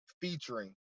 featuring